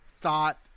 thought